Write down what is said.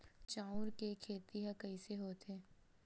चांउर के खेती ह कइसे होथे?